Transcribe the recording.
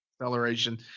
Acceleration